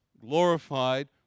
glorified